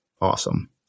Awesome